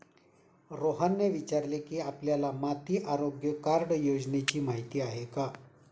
रोहनने विचारले की, आपल्याला माती आरोग्य कार्ड योजनेची माहिती आहे का?